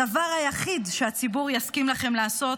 הדבר היחיד שהציבור יסכים לכם לעשות